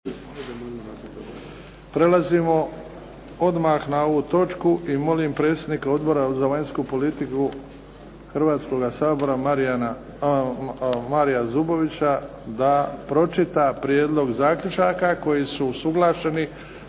Prelazimo odmah na ovu točku. Molim predsjednika Odbora za vanjsku politiku Hrvatskoga sabora Maria Zubovića da pročita prijedlog zaključaka koji su usuglašeni